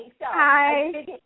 Hi